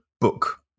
book